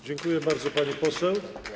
Dziękuję bardzo, pani poseł.